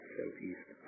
Southeast